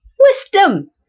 Wisdom